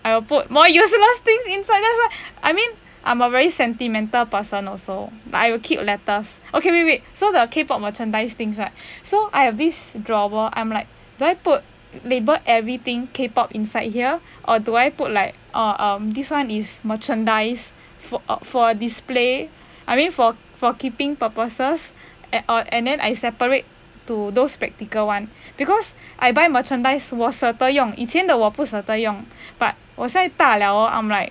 I will put more useless things inside that's why I mean I'm a very sentimental person also but I will keep letters okay wait wait so the K pop merchandise things right so I have this drawer I'm like do I put label everything K pop inside here or do I put like oh um this one is merchandise for for display I mean for for keeping purposes and oh and then I separate to those practical one because I buy merchandise 我舍得用以前的我不舍得用 but 我现在大了 hor I'm like